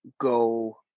go